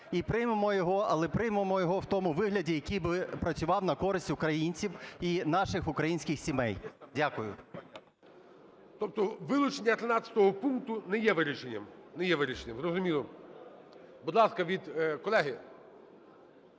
і приймемо його, але приймемо його в тому вигляді, який би працював на користь українців і наших українських сімей. Дякую. ГОЛОВУЮЧИЙ. Тобто вилучення 13 пункту не є вирішенням? Не є вирішенням. Зрозуміло. Будь ласка, від... колеги,